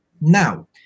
Now